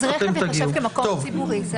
אז רכב ייחשב כמקום ציבורי?